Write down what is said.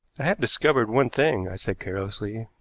i have discovered one thing, i said carelessly.